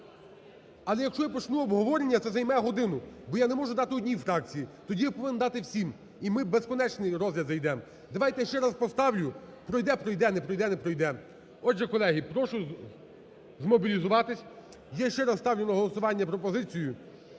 Але, якщо я почну обговорення, це займе годину, бо я не можу дати одній фракції. Тоді я повинен дати всім. І ми в безконечний розгляд зайдемо. Давайте ще раз поставлю, пройде, пройде, не пройде, не пройде. Отже, колеги, прошу змобілізуватись. Я ще раз ставлю на голосування пропозицію,